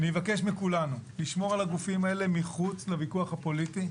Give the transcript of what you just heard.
אני מבקש מכולנו לשמור על הגופים האלה מחוץ לוויכוח הפוליטי.